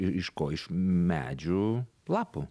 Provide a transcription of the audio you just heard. ir iš ko iš medžių lapų